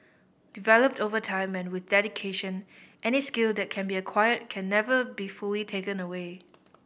developed over time and with dedication any skill that can be acquired can never be fully taken away